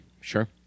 Sure